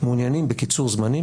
מעוניינים בקיצור זמנים,